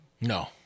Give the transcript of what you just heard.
No